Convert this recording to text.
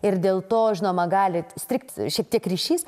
ir dėl to žinoma galit strigt šiek tiek ryšys